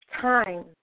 time